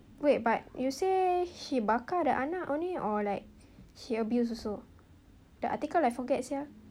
wait but you say he bakar the anak only or like he abuse also the article like forget [sial]